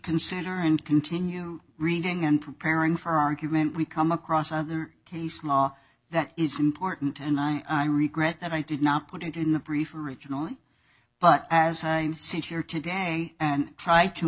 consider and continue reading and preparing for argument we come across another case law that is important and i regret that i did not put it in the prefer originally but as i sit here today and try to